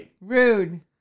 Rude